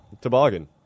Toboggan